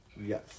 Yes